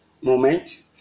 moment